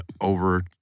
over